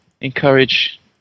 encourage